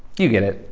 you get it.